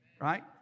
right